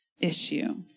issue